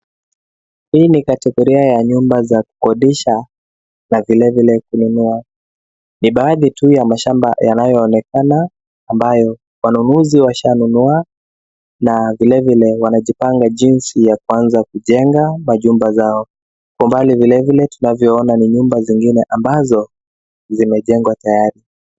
Hii ni kategoria ya nyumba za kukodisha na vile vile kununua. Ni baadhi tu ya mashamba yanayoonekana ambayo wanunuzi washanunua, na vile vile wanajipanga jinsi ya kuanza kujenga majumba zao. Kwa umbali vile vile tunavyoona ni nyumba zingine, ambazo zimejengwa tayari.